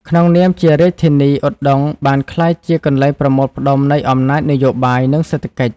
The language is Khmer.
ក្នុងនាមជារាជធានី ឧដុង្គបានក្លាយជាកន្លែងប្រមូលផ្តុំនៃអំណាចនយោបាយ និងសេដ្ឋកិច្ច។